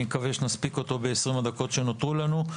אני מקווה שנספיק אותו ב-20 הדקות שנותרו לנו.